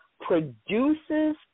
produces